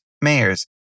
mayors